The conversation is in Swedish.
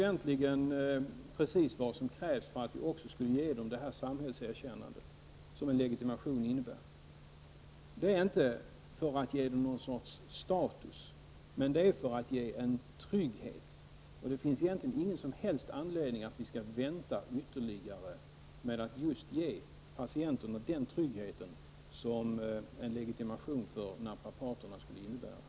Det är precis vad som krävs för att vi också skulle ge dem det samhällserkännande som en legitimation innebär. Det är inte för att ge dem status, utan för att ge trygghet. Det finns ingen som helst anledning att vi skall vänta ytterligare med att ge patienterna den trygghet som en legitimation för naprapaterna skulle innebära.